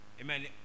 Amen